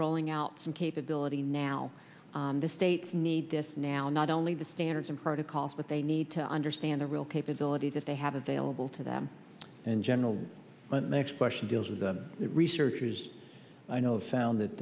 rolling out some capability now the states need this now not only the standards and protocols but they need to understand the real capabilities that they have available to them and general next question deals with the researchers i know found that